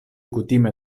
kutime